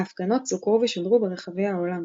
ההפגנות סוקרו ושודרו ברחבי העולם.